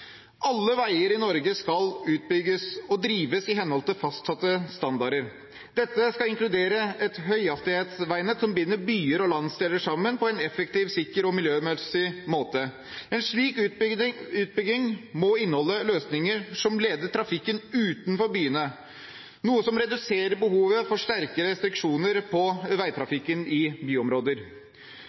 Alle veier i Norge skal utbygges og drives i henhold til fastsatte standarder. Dette skal inkludere et høyhastighetsveinett som binder byer og landsdeler sammen på en effektiv, sikker og miljømessig måte. En slik utbygging må inneholde løsninger som leder trafikken utenom byene, noe som reduserer behovet for sterke restriksjoner på veitrafikken i byområder.